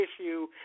issue